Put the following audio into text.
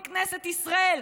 מכנסת ישראל,